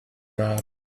mouth